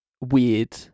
weird